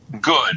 Good